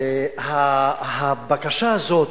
הבקשה הזאת,